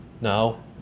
No